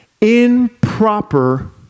improper